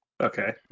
Okay